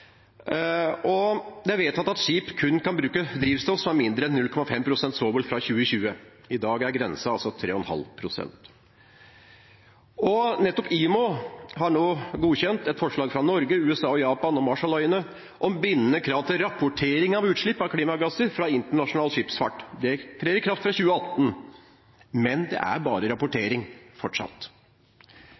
er vedtatt at skip kun kan bruke drivstoff som har mindre enn 0,5 pst. svovel fra 2020. I dag er grensen 3,5 pst. Nettopp IMO har nå godkjent et forslag fra Norge, USA, Japan og Marshalløyene om bindende krav til rapportering av utslipp av klimagasser fra internasjonal skipsfart. Det trer i kraft fra 2018 – men det er fortsatt bare rapportering.